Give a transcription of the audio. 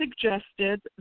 suggested